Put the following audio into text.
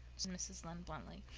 said mrs. lynde bluntly.